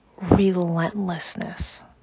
relentlessness